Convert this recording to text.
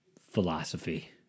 Philosophy